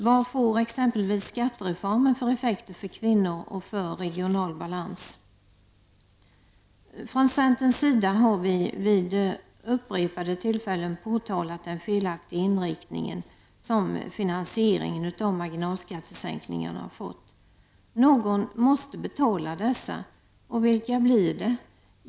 Vad får exempelvis skattereformen för effekter för kvinnor och för regional balans? Från centerns sida har vi vid upprepade tillfällen påtalat den felaktiga inriktning som finansieringen av marginalskattesänkningarna fått. Någon måste betala dessa, och vilka blir det?